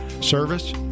Service